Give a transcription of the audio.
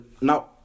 now